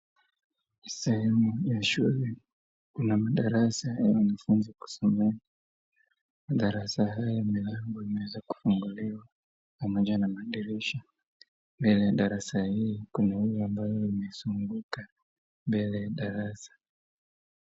Ni sehemu ya shule, kuna madarasa ya wanafunzi kusomea. Madarasa haya milango imweza kufunguliwa pamoja na madirisha. Mbele ya darasa hii kuna yule ambaye amezunguka mbele ya darasa.